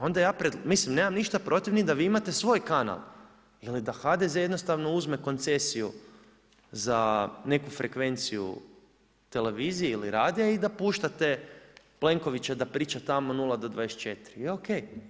Onda ja, mislim nemam ništa protiv niti da vi imate svoj kanal ili da HDZ-e jednostavno uzme koncesiju za neku frekvenciju Televizije ili Radija i da puštate Plenkovića da priča tamo 0 do 24 i ok.